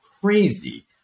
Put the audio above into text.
crazy